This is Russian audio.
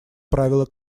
правило